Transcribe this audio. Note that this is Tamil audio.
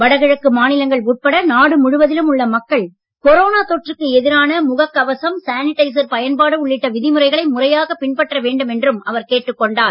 வடகிழக்கு மாநிலங்கள் உட்பட நாடு முழுவதிலும் உள்ள மக்கள் கொரோனா தொற்றுக்கு எதிரான முகக் கவசம் சானிடைசர் பயன்பாடு உள்ளிட்ட விதிமுறைகளை முறையாக பின்பற்ற வேண்டும் என்றும் அவர் கேட்டுக் கொண்டார்